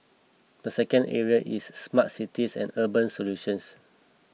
the second area is smart cities and urban solutions